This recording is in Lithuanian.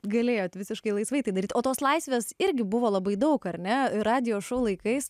galėjote visiškai laisvai tai daryti o tos laisvės irgi buvo labai daug ar ne radijo šou laikais